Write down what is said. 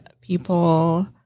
people